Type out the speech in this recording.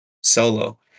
solo